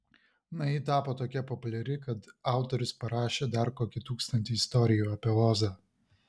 na ji tapo tokia populiari kad autorius parašė dar kokį tūkstantį istorijų apie ozą